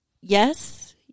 Yes